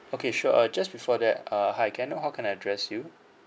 okay sure uh just before that uh hi can I know how can I address you